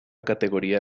categoría